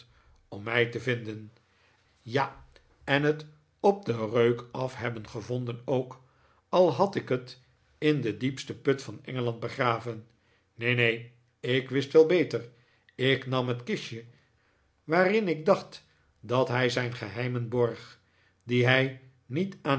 om mij te vinden ja en het op den reuk af hebben gevonden ook al had ik het in den diepsten put van engeland begraven neen neen ik wist wel beter ik nam het kistje waarin ik dacht dat hij zijn geheimen borg die hij niet aan